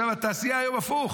התעשייה היום זה הפוך,